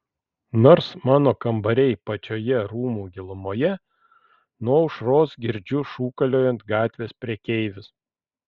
nors mano kambariai pačioje rūmų gilumoje nuo aušros girdžiu šūkaliojant gatvės prekeivius